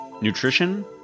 nutrition